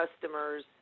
customer's